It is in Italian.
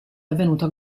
avvenuta